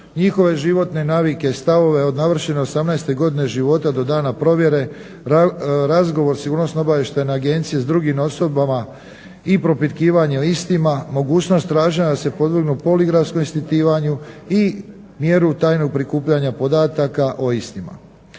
njihove životne navike, stavove, od navršene 18. godine života do dana provjere, razgovor sigurnosno-obavještajne agencije s drugim osobama i propitkivanje o istima, mogućnost traženja da se podvrgnu poligrafskom ispitivanju i mjeru tajnog prikupljanja podataka o istima.